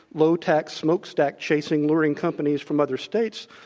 low tax smoke stack chasing luring companies from other states,